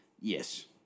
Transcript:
yes